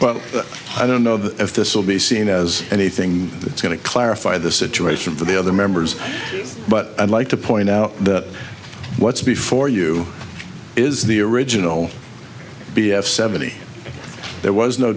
but i don't know that if this will be seen as anything that's going to clarify the situation for the other members but i'd like to point out that what's before you is the original b f seventy there was no